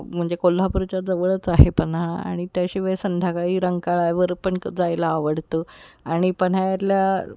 म्हणजे कोल्हापूरच्या जवळच आहे पन्हाळा आणि त्याशिवाय संध्याकाळी रंकाळ्यावर पण क जायला आवडतं आणि पन्हाळ्याला